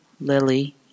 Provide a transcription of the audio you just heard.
Lily